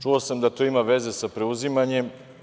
Čuo sam da to ima veze sa preuzimanjem.